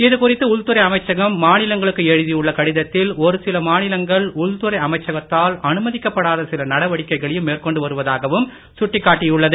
இதுகுறித்து உள்துறை அமைச்சகம் மாநிலங்களுக்கு எழுதியுள்ள கடிதத்தில் ஒரு சில மாநிலங்கள் உள்துறை அமைச்சகத்தால் அனுமதிக்கப்படாத சில நடவடிக்கைகளையும் மேற்கொண்டு வருவதாகவும் சுட்டிக் காட்டியுள்ளது